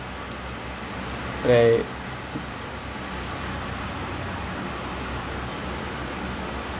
a'ah adik tengah buat apa ini tengah stretch stretch mak macam macam ah ya